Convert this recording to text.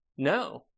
No